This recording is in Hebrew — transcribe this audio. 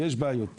ויש בעיות לאנשים,